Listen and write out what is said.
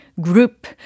group